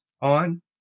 on